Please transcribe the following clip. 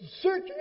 Search